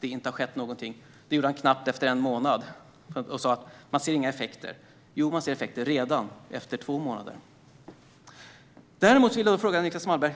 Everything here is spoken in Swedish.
det inte hade skett något och att man inte såg någon effekt av detta. Men nu, efter två månader, ser vi effekter.